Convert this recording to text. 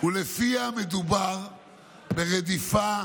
ולפיה מדובר ב"רדיפה,